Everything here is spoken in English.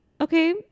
okay